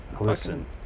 Listen